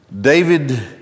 David